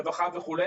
רווחה וכו',